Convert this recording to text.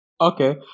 Okay